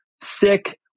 sick